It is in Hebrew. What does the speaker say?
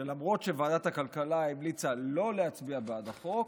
שלמרות שוועדת הכלכלה המליצה שלא להצביע בעד החוק,